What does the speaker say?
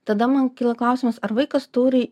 tada man kyla klausimas ar vaikas turi